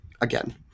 again